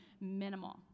minimal